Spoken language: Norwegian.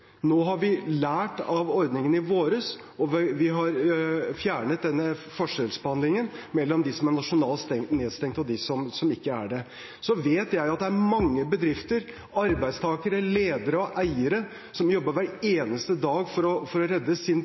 Nå har vi lært av ordningen i våres, og vi har fjernet denne forskjellsbehandlingen mellom dem som er nasjonalt nedstengt, og dem som ikke er det. Så vet jeg at det er mange bedrifter, arbeidstakere, ledere og eiere som jobber hver eneste dag for å redde sin